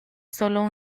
solo